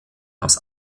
aus